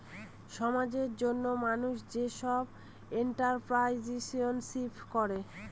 সমাজের জন্য মানুষ সবগুলো এন্ট্রপ্রেনিউরশিপ করে